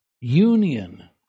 union